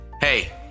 hey